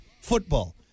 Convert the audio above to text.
football